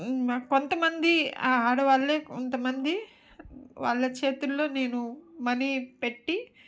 కొంతమంది ఆ ఆడవాళ్ళే కొంతమంది వాళ్ళ చేతుల్లో నేను మనీ పెట్టి